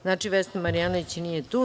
Znači, Vesna Marjanović nije tu.